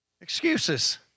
Excuses